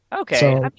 Okay